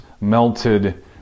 melted